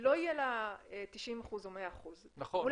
לא יהיה לה 90% או 100%. נכון, לא יהיה לה.